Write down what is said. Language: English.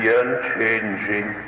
unchanging